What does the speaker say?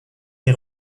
est